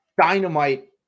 dynamite